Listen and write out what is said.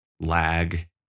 lag